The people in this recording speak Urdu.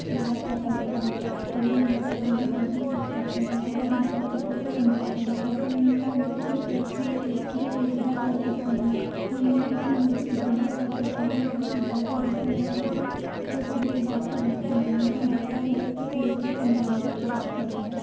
جواب پتہ ہوتا ہے اور ہم ان سے کبھی بھی کچھ بھی پوچھ سکتے ہیں اور وہ ہمیں بہت اچھے سے سمجھاتے ہیں ایسا نہیں ہے کہ ہم ان سے کوئی ایک چیز ایک چیز ایک ہی بار پوچھ سکتے ہیں ہم ان سے جتنی مرضی اتنی بار پوچھ سکتے ہیں وہ کبھی اس بات پر غصہ نہیں کرتے اور کبھی اس بات پر ڈاٹتے نہیں ہیں اور ہر بار بہت اچھے طریقے سے سمجھانے کی کوشش کرتے ہیں